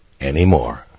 anymore